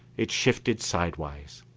it shifted sidewise.